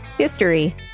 History